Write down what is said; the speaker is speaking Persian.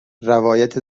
روایت